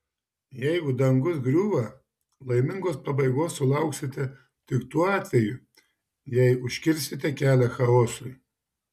jeigu dangus griūva laimingos pabaigos sulauksite tik tuo atveju jei užkirsite kelią chaosui